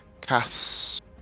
cast